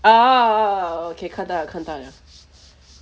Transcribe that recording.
oh okay 看到 liao 看到 liao